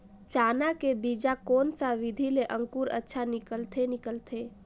चाना के बीजा कोन सा विधि ले अंकुर अच्छा निकलथे निकलथे